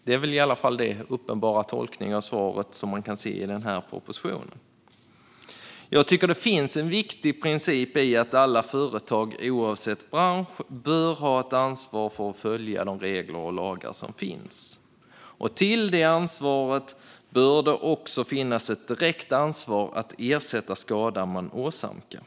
Det är i alla fall den uppenbara tolkningen av svaret som man kan se i propositionen. Jag tycker att det finns en viktig princip i att alla företag, oavsett bransch, bör ha ett ansvar att följa de regler och lagar som finns. Till detta ansvar bör det också finnas ett direkt ansvar att ersätta skada man åsamkar.